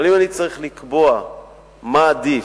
אבל אם אני צריך לקבוע מה עדיף,